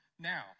Now